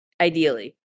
Ideally